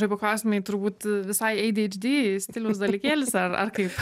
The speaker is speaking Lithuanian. žaibo klausimai turbūt visai eididždi stiliaus dalykėlis ar ar kaip